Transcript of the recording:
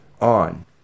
on